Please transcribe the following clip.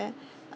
uh